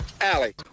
alley